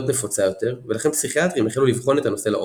נפוצה יותר ולכן פסיכיאטרים החלו לבחון את הנושא לעומק.